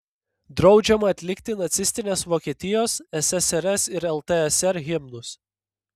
draudžiama atlikti nacistinės vokietijos ssrs ir ltsr himnus